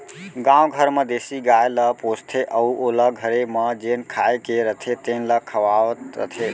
गाँव घर म देसी गाय ल पोसथें अउ ओला घरे म जेन खाए के रथे तेन ल खवावत रथें